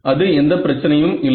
அது எந்த பிரச்சனையும் இல்லை